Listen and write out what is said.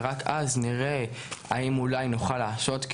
ורק אז נראה האם אולי נוכל לעשות.